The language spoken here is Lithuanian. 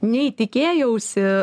nei tikėjausi